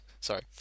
Sorry